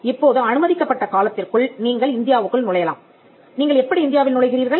இப்போது அனுமதிக்கப்பட்ட காலத்திற்குள் நீங்கள் இந்தியாவுக்குள் நுழையலாம் நீங்கள் எப்படி இந்தியாவில் நுழைகிறீர்கள்